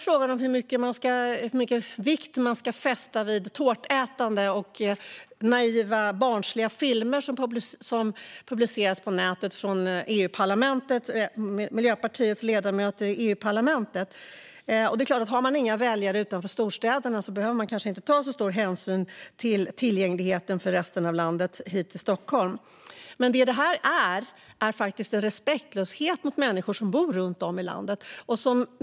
Frågan är hur stor vikt man ska fästa vid tårtätande och naiva och barnsliga filmer som publiceras på nätet av Miljöpartiets ledamöter i EU-parlamentet. Har man inga väljare utanför storstäderna behöver man kanske inte ta särskilt stor hänsyn till tillgängligheten för invånarna i resten av landet när det gäller att ta sig hit till Stockholm. Det här är respektlöst mot människor som bor runt om i landet.